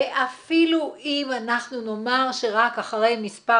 ואפילו אם אנחנו נאמר שרק אחרי מספר